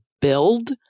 build